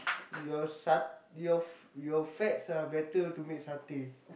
your sat~ your f~ your fats are better to make satay